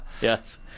Yes